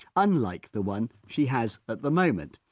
unlike the one she has at the moment.